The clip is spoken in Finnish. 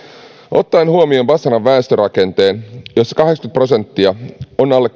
ottaen huomioon basran väestörakenteen jossa kahdeksankymmentä prosenttia on alle